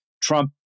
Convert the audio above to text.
Trump